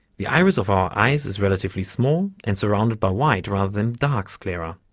the iris of our eyes is relatively small and surrounded by white rather than dark sclera,